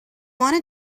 wanna